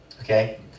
Okay